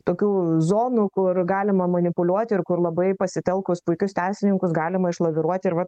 tokių zonų kur galima manipuliuoti ir kur labai pasitelkus puikius teisininkus galima išlaviruoti ir va